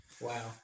wow